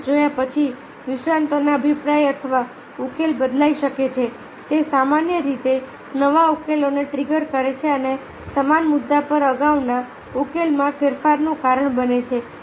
સારાંશ જોયા પછી નિષ્ણાતનો અભિપ્રાય અથવા ઉકેલ બદલાઈ શકે છે તે સામાન્ય રીતે નવા ઉકેલોને ટ્રિગર કરે છે અને સમાન મુદ્દા પર અગાઉના ઉકેલોમાં ફેરફારનું કારણ બને છે